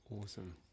awesome